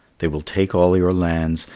they will take all your lands,